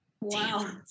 Wow